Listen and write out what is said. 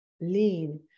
lean